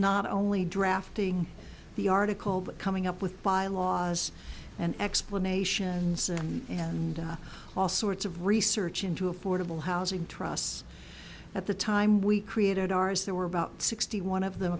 not only drafting the article but coming up with bylaws and explanations and all sorts of research into affordable housing trusts at the time we created ours there were about sixty one of them